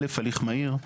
א' הליך מהיר,